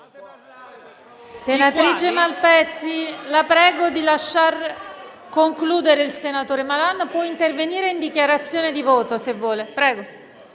Senatrice Malpezzi, la prego di lasciar concludere il senatore Malan. Potrà intervenire in dichiarazione di voto, se vuole. MALAN